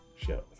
show